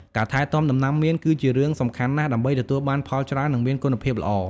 ការថែទាំដំណាំមៀនគឺជារឿងសំខាន់ណាស់ដើម្បីទទួលបានផលច្រើន និងមានគុណភាពល្អ។